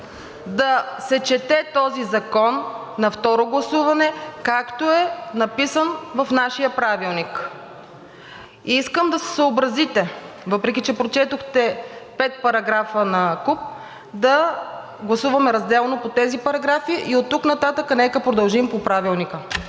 да се чете този закон на второ гласуване, както е написано в нашия правилник. Искам да се съобразите, въпреки че прочетохте пет параграфа накуп, да гласуваме разделно по тези параграфи. Оттук нататък нека да продължим по Правилника.